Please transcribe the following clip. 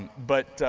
but,